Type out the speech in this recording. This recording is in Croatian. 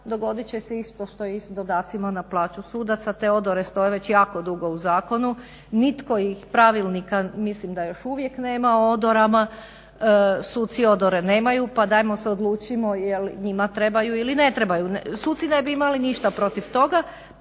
dogodit će se isto što i s dodacima na plaću sudaca. Te odore stoje već jako dugo u zakonu, nitko ih pravilnika mislim da još uvijek nema o odorama, suci odore nemaju pa dajmo se odlučimo jel im trebaju ili ne trebaju. Suci ne bi imali ništa protiv toga,